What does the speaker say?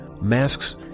masks